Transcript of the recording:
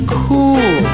cool